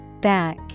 Back